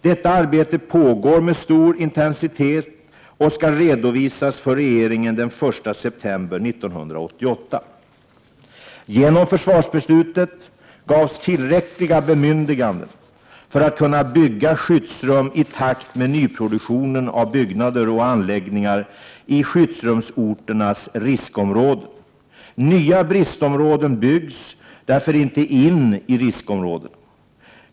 Detta arbete pågår med stor intensitet och skall redovisas för regeringen den 1 september 1988. Genom försvarsbeslutet gavs tillräckliga bemyndiganden för att bygga skyddsrum i takt med nyproduktionen av byggnader och anläggningar i skyddsrumsorternas riskområden. Nya bristområden byggs därför inte in i riskområdena.